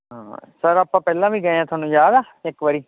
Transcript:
ਹਾਂ ਸਰ ਆਪਾਂ ਪਹਿਲਾਂ ਵੀ ਗਏ ਆਂ ਥੋਨੂੰ ਯਾਦ ਆ ਇੱਕ ਵਾਰੀ